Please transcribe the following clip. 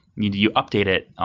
you update it,